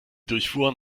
durchfuhren